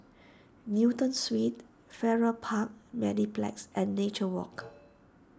Newton Suites Farrer Park Mediplex and Nature Walk